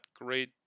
great